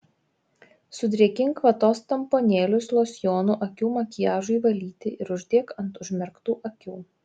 sudrėkink vatos tamponėlius losjonu akių makiažui valyti ir uždėk ant užmerktų akių